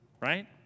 right